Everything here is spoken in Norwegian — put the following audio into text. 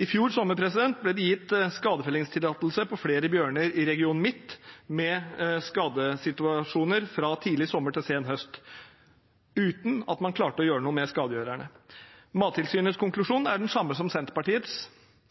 I fjor sommer ble det gitt skadefellingstillatelse på flere bjørner i region Midt-Norge, med skadesituasjoner fra tidlig sommer til sen høst, uten at man klarte å gjøre noe med skadegjørerne. Mattilsynets konklusjon er den samme som Senterpartiets